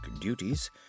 duties